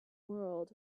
world